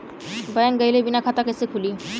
Bank गइले बिना खाता कईसे खुली?